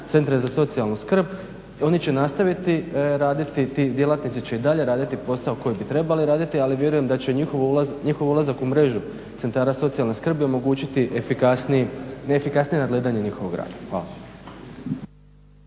centre za socijalnu skrb. Oni će nastaviti raditi ti djelatnici će i dalje raditi posao koji bi trebali raditi ali vjerujem da će njihov ulazak u mrežu centara socijalne skrbi omogućiti efikasnije nadgledanje njihovog rada. Hvala.